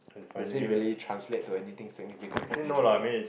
does it really translate to anything significant for him or not